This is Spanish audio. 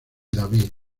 david